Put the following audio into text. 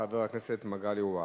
חבר הכנסת מגלי והבה.